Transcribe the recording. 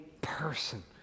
person